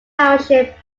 township